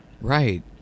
Right